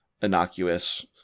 innocuous